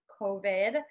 COVID